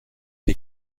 die